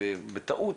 ובטעות